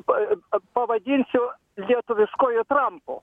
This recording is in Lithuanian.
p pavadinsiu lietuviškuoju trampu